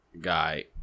guy